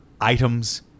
items